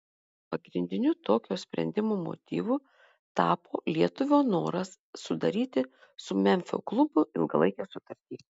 pagrindiniu tokio sprendimo motyvu tapo lietuvio noras sudaryti su memfio klubu ilgalaikę sutartį